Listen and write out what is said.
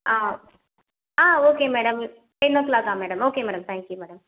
ஆ ஆ okay madam ten ஓ கிளாக்கா madam okay madam thank you madam